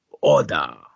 Order